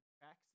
Tracks